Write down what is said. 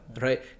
Right